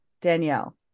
Danielle